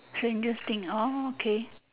strangest thing orh okay